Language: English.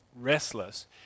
restless